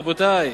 רבותי,